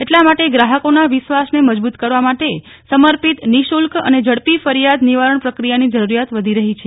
એટલા માટે ગ્રાહકોના વિશ્વાસને મજબૂત કરવા માટે સમર્પિત નિઃશુલ્ક અને ઝડપી ફરિયાદ નિવારણ પ્રક્રિયાની જરૂરીયા વધી રહી છે